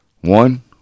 one